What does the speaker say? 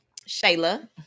Shayla